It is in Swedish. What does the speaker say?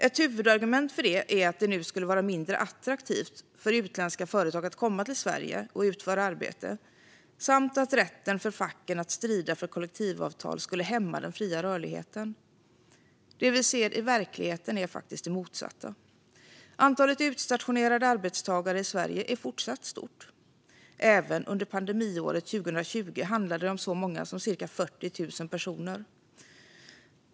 Ett huvudargument för det är att det nu skulle vara mindre attraktivt för utländska företag att komma till Sverige och utföra arbete samt att rätten för facken att strida för kollektivavtal skulle hämma den fria rörligheten. Det vi ser i verkligheten är faktiskt det motsatta. Antalet utstationerade arbetstagare i Sverige är fortfarande stort. Även under pandemiåret 2020 handlade det om så många som cirka 40 000 personer.